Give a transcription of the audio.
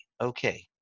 Okay